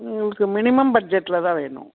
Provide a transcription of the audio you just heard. எங்களுக்கு மினிமம் பட்ஜெட்ல தான் வேணும்